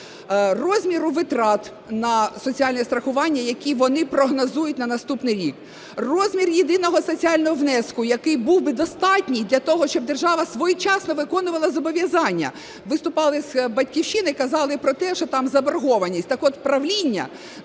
розмір витрат на соціальне страхування, які вони прогнозують на наступний рік, розмір єдиного соціального внеску, який був би достатній для того, щоб держава своєчасно виконувала зобов'язання. Виступали з "Батьківщини" і казали про те, що там заборгованість. Так от правління,